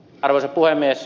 arvoisa puhemies